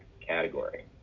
category